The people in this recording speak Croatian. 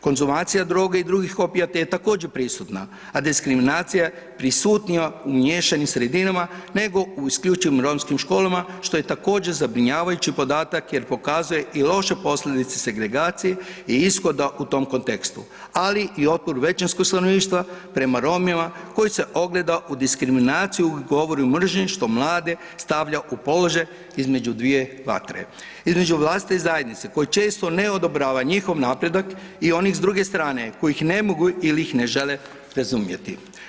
Konzumacije droge i drugih opijata je također prisutna, a diskriminacija prisutnija u miješanim sredinama, nego u isključivim romskim školama što je također zabrinjavajući podatak jer pokazuje i loše posljedice segregacije i ishoda u tom kontekstu, ali i otpor većinskog stanovništva prema Romima koji se ogleda u diskriminaciji, govoru i mržnji što mlade stavlja u položaj između dvije vatre između vlastite zajednice koja često ne odobrava njihov napredak i onih s druge strane koji ih ne mogu ili ih ne žele razumjeti.